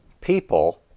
people